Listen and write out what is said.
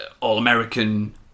all-American